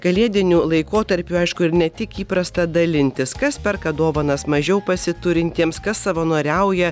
kalėdiniu laikotarpiu aišku ir ne tik įprasta dalintis kas perka dovanas mažiau pasiturintiems kas savanoriauja